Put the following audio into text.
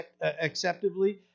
acceptably